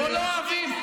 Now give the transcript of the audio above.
הוא לא רלוונטי לחוק הזה.